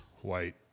white